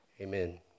Amen